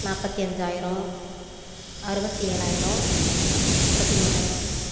நாற்பத்தி அஞ்சாயிரம் அறுபத்தி ஏழாயிரம் முப்பத்தி மூணாயிரம்